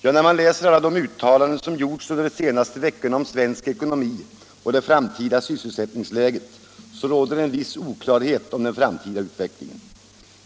Ja, när man läser alla de uttalanden som gjorts under de senaste veckorna om svensk ekonomi och det framtida sysselsättningsläget märker man att det råder en viss oklarhet om den framtida utvecklingen.